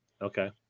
Okay